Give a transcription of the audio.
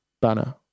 banner